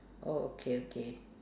oh okay okay